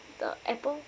the Apple